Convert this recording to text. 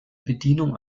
bedienung